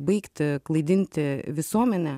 baigti klaidinti visuomenę